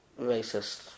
racist